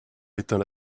éteint